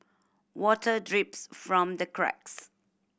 water drips from the cracks